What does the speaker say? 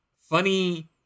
funny